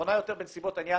נכונה יותר בנסיבות העניין".